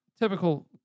typical